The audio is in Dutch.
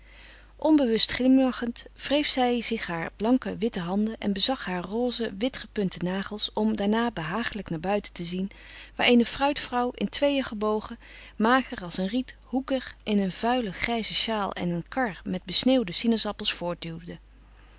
onbewust glimlachend wreef zij zich haar blanke witte handen en bezag haar rozige witgepunte nagels om daarna behagelijk naar buiten te zien waar eene fruitvrouw in tweeën gebogen mager als een riet hoekig in een vuile grijze shawl een kar met besneeuwde sinas appels